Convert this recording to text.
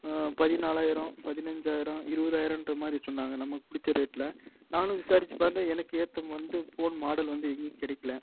பதினாலாயிரம் பதினஞ்சாயிரம் இருபதாயிரன்ற மாதிரி சொன்னாங்க நமக்கு பிடிச்ச ரேட்டில் நானும் விசாரித்து பார்த்து எனக்கு ஏத்த வந்து ஃபோன் மாடல் வந்து எங்கேயும் கிடைக்கில